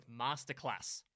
Masterclass